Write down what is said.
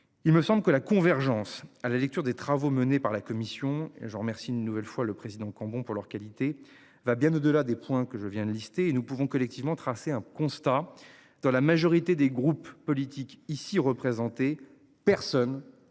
Il me semble que la convergence, à la lecture des travaux menés par la commission et je remercie une nouvelle fois le président Cambon pour leur qualité va bien au-delà des points que je viens de lister et nous pouvons collectivement tracer un constat. Dans la majorité des groupes politiques ici représentés. Personne ne remet